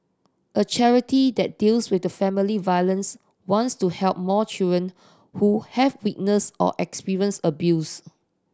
a charity that deals with family violence wants to help more children who have witnessed or experienced abuse